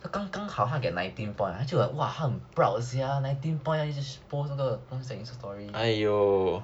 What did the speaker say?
他刚刚好他 get nineteen points 他就 like !wah! 他很 proud sia nineteen points 他一直 post 那个 post on insta story point